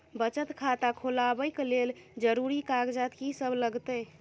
बचत खाता खोलाबै कऽ लेल जरूरी कागजात की सब लगतइ?